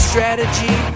Strategy